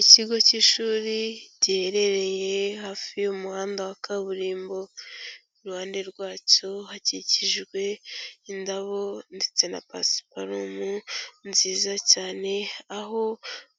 Ikigo cy'ishuri giherereye hafi y'umuhanda wa kaburimbo. Iruhande rwacyo hakikijwe indabo ndetse na pasiparumu nziza cyane, aho